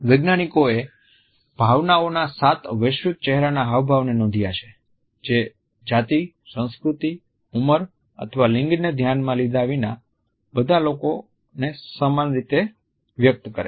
વૈજ્ઞાનિકોએ ભાવનાઓના સાત વૈશ્વિક ચેહરાના હાવભાવ ને નોંધ્યા છે જે જાતિ સંસ્કૃતિ ઉંમર અથવા લિંગ ને ધ્યાનમાં લીધા વિના બધા લોકો સમાન રીતે વ્યક્ત કરે છે